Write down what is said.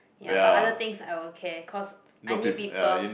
ya but other things I will care cause I need people